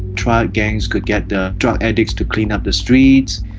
triad gangs could get drug addicts to clean up the streets.